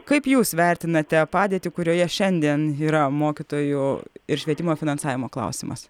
kaip jūs vertinate padėtį kurioje šiandien yra mokytojų ir švietimo finansavimo klausimas